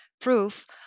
proof